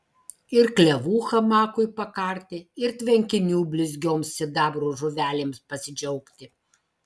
ir klevų hamakui pakarti ir tvenkinių blizgioms sidabro žuvelėms pasidžiaugti